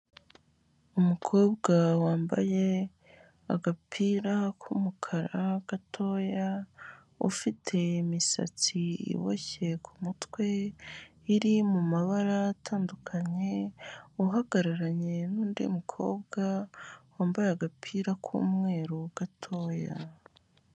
Umukobwa wambaye agapira k'umukara gatoya, ufite imisatsi iboshye ku mutwe, iri mu mabara atandukanye, uhagararanye n'undi mukobwa, wambaye agapira k'umweru gatoya.